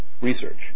research